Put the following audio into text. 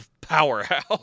powerhouse